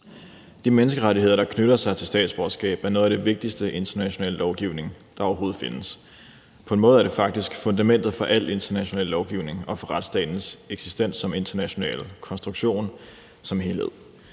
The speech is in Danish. De menneskerettigheder, der knytter sig til et statsborgerskab, er noget af den vigtigste internationale lovgivning, der overhovedet findes. På en måde er det faktisk fundamentet for al international lovgivning og for retsstatens eksistens som international konstruktion som helhed.